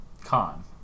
con